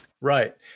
Right